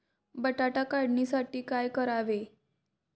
बटाटा काढणीसाठी काय वापरावे?